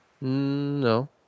No